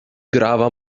grava